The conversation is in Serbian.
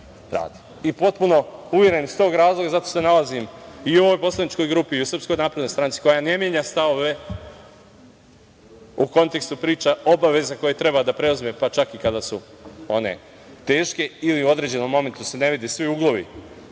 I potpuno uveren, iz tog razloga, zato se i nalazim u ovoj poslaničkoj grupi, SNS, koja ne menja stavove u kontekstu priča obaveza koje treba da preuzme, pa čak kada su one teške, ili u određenom momentu se ne vide svi uglovi